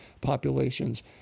populations